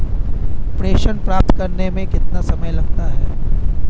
प्रेषण प्राप्त करने में कितना समय लगता है?